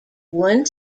one